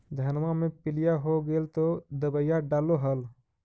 धनमा मे पीलिया हो गेल तो दबैया डालो हल?